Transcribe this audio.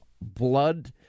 blood